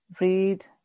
read